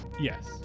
Yes